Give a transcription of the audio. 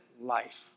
life